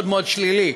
מאוד מאוד, שלילי.